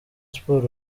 sports